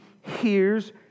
hears